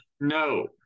No